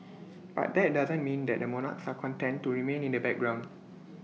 but that doesn't mean that the monarchs are content to remain in the background